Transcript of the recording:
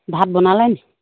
ভাত বনালে নি